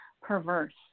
perverse